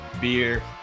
beer